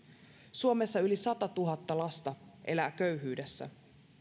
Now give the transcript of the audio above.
suomessa yli satatuhatta lasta elää köyhyydessä